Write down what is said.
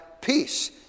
peace